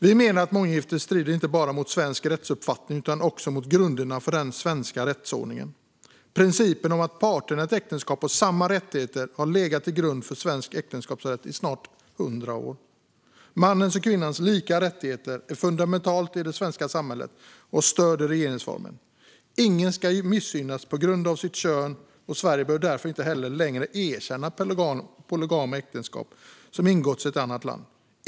Vi menar att månggifte inte bara strider mot svensk rättsuppfattning utan också mot grunderna för den svenska rättsordningen. Principen om att parterna i ett äktenskap har samma rättigheter har legat till grund för svensk äktenskapsrätt i snart 100 år. Mannens och kvinnans lika rättigheter är fundamentalt i det svenska samhället och har stöd i regeringsformen. Ingen ska missgynnas på grund av sitt kön, och Sverige bör därför inte heller längre erkänna polygama äktenskap som har ingåtts i ett annat land.